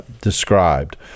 described